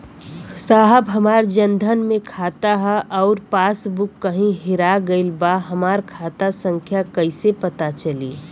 साहब हमार जन धन मे खाता ह अउर पास बुक कहीं हेरा गईल बा हमार खाता संख्या कईसे पता चली?